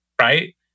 right